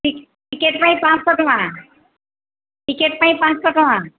ଟ ଟିକେଟ୍ ପାଇଁ ପାଞ୍ଚଶହ ଟଙ୍କା ଟିକେଟ୍ ପାଇଁ ପାଞ୍ଚଶହ ଟଙ୍କା